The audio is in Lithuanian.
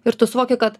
ir tu suvoki kad